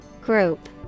Group